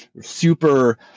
super